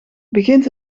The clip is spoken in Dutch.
begint